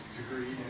degree